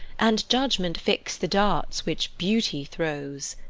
and judgment fix the darts which beauty throws!